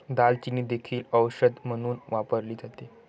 दालचिनी देखील औषध म्हणून वापरली जाते